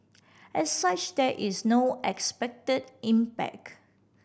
as such there is no expected impact